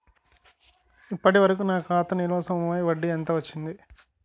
ఇప్పటి వరకూ నా ఖాతా నిల్వ సొమ్ముపై వడ్డీ ఎంత వచ్చింది?